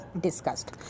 discussed